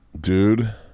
Dude